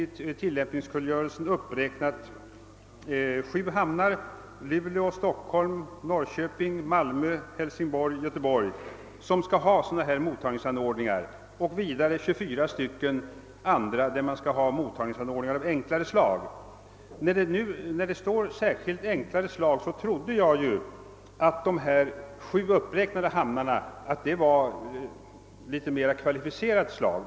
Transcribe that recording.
I tillämpningskungörelsen uppräknas sju hamnar, nämligen Luleå, Sundsvall, Stockholm, Norrköping, Malmö, Hälsingborg och Göteborg, där man skall ha sådana här mottagningsanordningar och ytterligare 24 stycken andra hamnar, där man skall ha mottagningsanordningar av enklare slag. När det särskilt talas om anordningar av enklare slag, trodde jag, att det i de sju uppräknade hamnarna skulle finnas anordningar av mera kvalificerat slag.